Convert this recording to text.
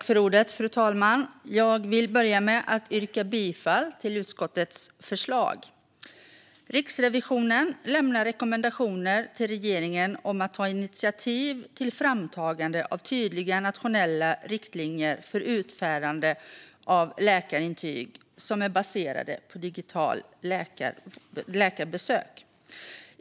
Fru talman! Jag vill börja med att yrka bifall till utskottets förslag. Riksrevisionens rapport om digitala läkarbesök och hyrläkare i sjuk-skrivningsprocessen Riksrevisionen har lämnat rekommendationer till regeringen om att ta initiativ till framtagande av tydliga nationella riktlinjer för utfärdande av läkarintyg som är baserade på digitala läkarbesök.